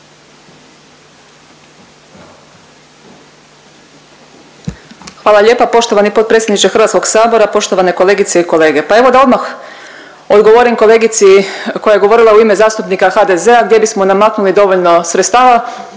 Hvala lijepa poštovani potpredsjedniče Hrvatskog sabora. Poštovane kolegice i kolege, pa evo da odmah odgovorim kolegici koja je govorila u ime zastupnika HDZ-a gdje bismo namaknuli dovoljno sredstava,